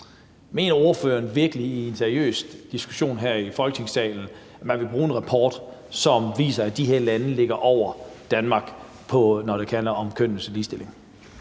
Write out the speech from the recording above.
Mener ordføreren virkelig i en seriøs diskussion her i Folketingssalen, at man vil bruge en rapport, som viser, at de her lande ligger over Danmark, når det handler om kønnenes ligestilling?